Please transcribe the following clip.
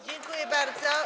Dziękuję bardzo.